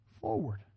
forward